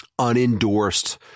Unendorsed